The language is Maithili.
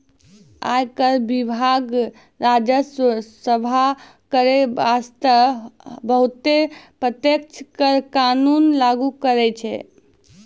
आयकर विभाग राजस्व जमा करै बासतें बहुते प्रत्यक्ष कर कानून लागु करै छै